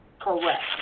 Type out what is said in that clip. Correct